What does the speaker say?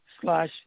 slash